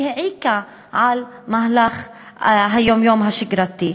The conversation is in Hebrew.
היא העיקה על מהלך היום-יום השגרתי.